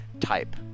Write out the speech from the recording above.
type